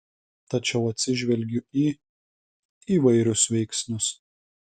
tačiau atsižvelgiu į įvairius veiksnius